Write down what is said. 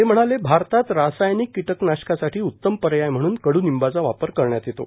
ते म्हणालेए भारतात रासायनिक कीटकनाशकासाठी उत्तम पर्याय म्हणून कड्निंबाचा वापर करण्यात येतो